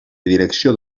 direcció